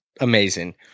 amazing